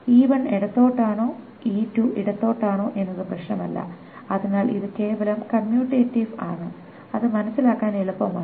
E1 ഇടത്താണോ E2 ഇടത്താണോ എന്നത് പ്രശ്നമല്ല അതിനാൽ ഇത് കേവലം കമ്മ്യൂട്ടെറ്റിവ് ആണ് അത് മനസ്സിലാക്കാൻ എളുപ്പമാണ്